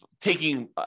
taking